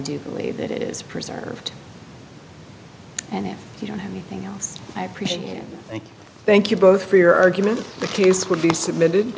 do believe that it is preserved and if you don't have anything else i appreciate it thank you both for your argument the case would be submitted